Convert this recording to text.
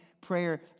Prayer